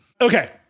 Okay